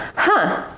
huh,